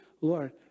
Lord